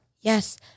yes